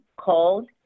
called